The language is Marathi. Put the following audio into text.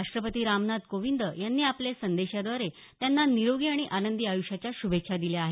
राष्ट्रपती रामनाथ कोविंद यांनी आपल्या संदेशाद्वारे त्यांना निरोगी आणि आनंदी आयुष्याच्या श्भेच्छा दिल्या आहेत